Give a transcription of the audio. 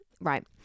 Right